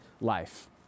life